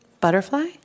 Butterfly